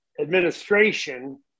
administration